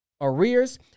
arrears